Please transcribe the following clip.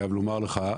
חייב לומר לך,